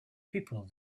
people